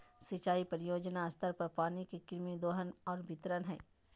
सिंचाई परियोजना स्तर पर पानी के कृत्रिम दोहन और वितरण हइ